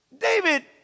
David